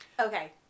Okay